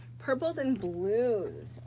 purples and blues.